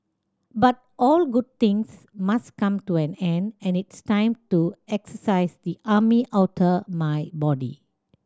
but all good things must come to an end and it's time to exorcise the army outta my body